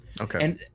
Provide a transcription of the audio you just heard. Okay